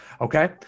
Okay